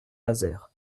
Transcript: nazaire